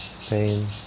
pain